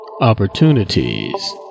opportunities